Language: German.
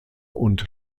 und